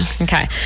Okay